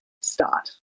start